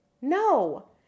No